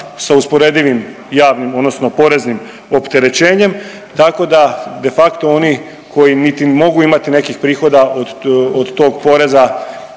sa usporedivim javnim odnosno poreznim opterećenjem tako da de facto oni koji niti mogu imati nekih prihoda od tog poreza